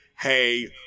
Hey